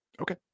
Okay